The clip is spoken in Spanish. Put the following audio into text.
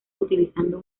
utilizando